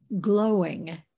glowing